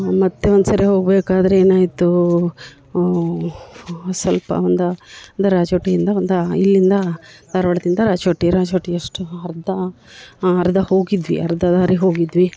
ಮತ್ತೆ ಒಂದು ಸಾರಿ ಹೋಗಬೇಕಾದ್ರೆ ಏನಾಯಿತು ಒಂದು ಸ್ವಲ್ಪ ಒಂದು ರಾಜೋಟಿಯಿಂದ ಒಂದು ಇಲ್ಲಿಂದ ಧಾರ್ವಾಡದಿಂದ ರಾಜೋಟಿ ರಾಜೋಟಿ ಎಷ್ಟು ಅರ್ಧ ಅರ್ಧ ಹೋಗಿದ್ವಿ ಅರ್ಧ ದಾರಿಗೆ ಹೋಗಿದ್ವಿ